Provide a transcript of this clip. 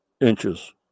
inches